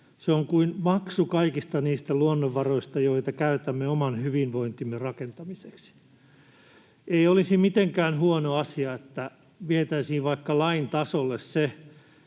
Se on kuin maksu kaikista niistä luonnonvaroista, joita käytämme oman hyvinvointimme rakentamiseksi. Ei olisi mitenkään huono asia, että vietäisiin vaikka lain tasolle se,